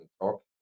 talk